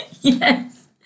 Yes